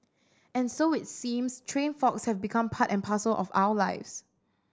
and so it seems train faults have become part and parcel of our lives